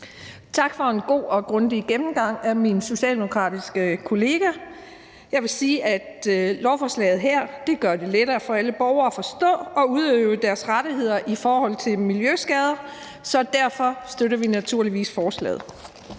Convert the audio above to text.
for en god og grundig gennemgang. Jeg vil sige, at lovforslaget her gør det lettere for alle borgere at forstå og udøve deres rettigheder i forhold til miljøskader, så derfor støtter vi naturligvis forslaget.